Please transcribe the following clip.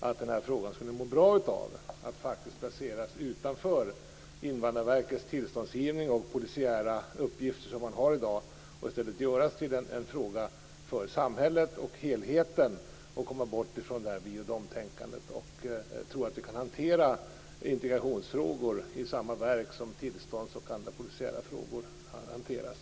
att den här frågan skulle må bra av att placeras utanför Invandrarverkets tillståndsgivning och de polisiära uppgifter man har i dag och i stället göras till en fråga för samhället och helheten så att vi kommer bort från vi-och-de-tänkandet. Jag tror inte att vi kan hantera integrationsfrågor i samma verk där frågor om tillstånd och andra polisiära frågor hanteras.